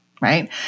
right